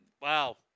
wow